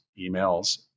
emails